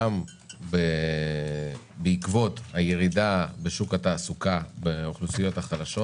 גם בעקבות הירידה בשוק התעסוקה באוכלוסיות החלשות